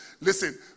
Listen